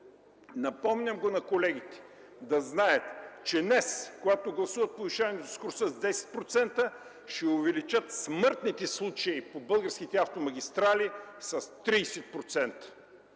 Напомням на колегите да знаят, че днес, когато гласуват повишаване скоростта с 10%, ще увеличат смъртните случаи по българските автомагистрали с 30%.